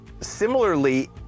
similarly